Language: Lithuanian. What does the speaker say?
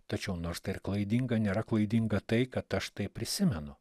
tačiau nors tai ir klaidinga nėra klaidinga tai kad aš taip prisimenu